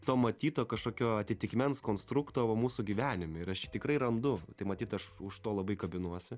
to matyto kažkokio atitikmens konstrukto va mūsų gyvenime ir aš jį tikrai randu tai matyt aš už to labai kabinuosi